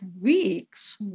weeks